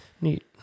Neat